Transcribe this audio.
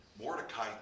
Mordecai